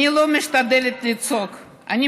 אני משתדלת לא לצעוק, אני